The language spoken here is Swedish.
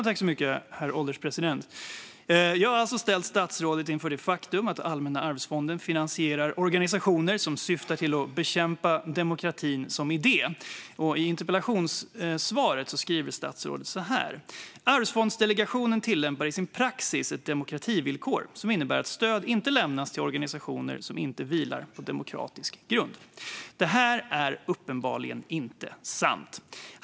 Herr ålderspresident! Jag har alltså ställt statsrådet inför det faktum att Allmänna arvsfonden finansierar organisationer som syftar till att bekämpa demokratin som idé. I interpellationssvaret sa statsrådet: Arvsfondsdelegationen tillämpar i sin praxis ett demokrativillkor som innebär att stöd inte lämnas till organisationer som inte vilar på demokratisk grund. Det är uppenbarligen inte sant.